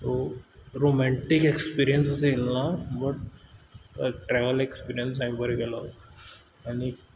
रो romantic experience असो येल ना बट ट्रॅवल एक्सपिरीयन्स हांय बर केलो आनी